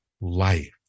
life